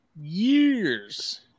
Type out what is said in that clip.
years